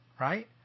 right